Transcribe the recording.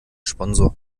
sponsor